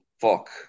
fuck